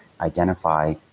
identify